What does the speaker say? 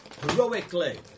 heroically